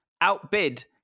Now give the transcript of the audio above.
outbid